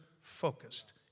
focused